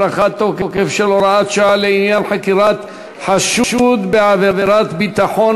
(הארכת תוקף של הוראת שעה לעניין חקירת חשוד בעבירת ביטחון),